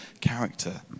character